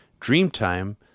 Dreamtime